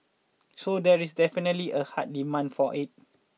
so there is definitely a hard demand for it